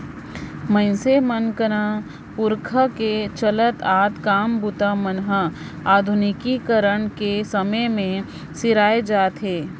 मइनसे मन कर पुरखा ले चलत आत काम बूता मन हर आधुनिकीकरन कर समे मे सिराए जात अहे